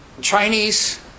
Chinese